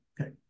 Okay